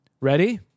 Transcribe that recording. Ready